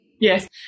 yes